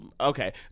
okay